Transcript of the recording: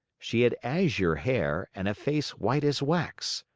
she had azure hair and a face white as wax.